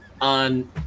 on